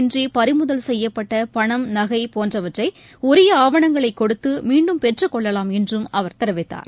இன்றிபறிமுதல் செய்யப்பட்டபணம் ஆவணங்கள் நகைபோன்றவற்றைஉரியஆவணங்களைகொடுத்துமீண்டும் பெற்றுக் கொள்ளலாம் என்றுஅவர் தெரிவித்தார்